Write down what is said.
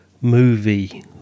movie